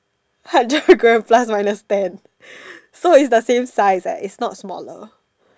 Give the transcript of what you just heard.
hundred gram plus minus ten so it's the same size eh it's not smaller